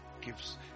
gives